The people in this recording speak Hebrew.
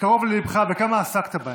קרוב לליבך, וכמה עסקת בו